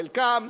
חלקם,